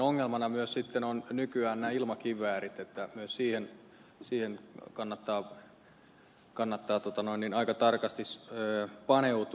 ongelmana ovat myös nykyään ilmakiväärit myös niihin kannattaa aika tarkasti paneutua